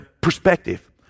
perspective